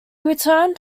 returned